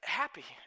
happy